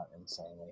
insanely